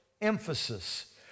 emphasis